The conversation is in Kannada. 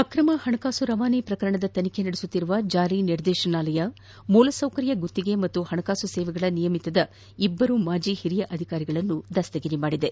ಅಕ್ರಮ ಹಣಕಾಸು ರವಾನೆ ಪ್ರಕರಣದ ತನಿಖೆ ನಡೆಸುತ್ತಿರುವ ಜಾರಿ ನಿರ್ದೇಶನಾಲಯ ಮೂಲಸೌಕರ್ಯ ಗುತ್ತಿಗೆ ಮತ್ತು ಹಣಕಾಸು ಸೇವೆಗಳ ನಿಯಮಿತದ ಇಬ್ಬರು ಮಾಜಿ ಹಿರಿಯ ಅಧಿಕಾರಿಗಳನ್ನು ಬಂಧಿಸಿದೆ